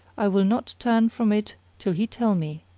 i will not turn from it till he tell me,